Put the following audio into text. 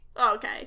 okay